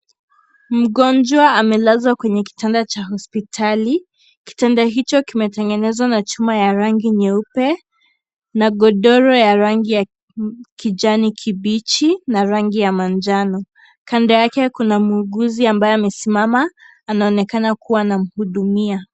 Mgonjwa amelazwa kwenye kitanda cha hospitali. Kitanda hicho kimejengwa na chuma ya rangi ya nyeupe na godoro ya rangi ya kijani kibichi na rangi ya manjano. Kando yake kuna mwuguzi ambaye amesimama anaonekana kuwa anamhudumia.